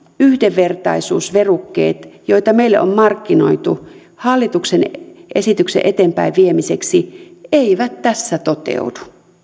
yhdenvertaisuusverukkeet joita meille on markkinoitu hallituksen esityksen eteenpäin viemiseksi eivät tässä toteudu